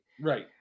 Right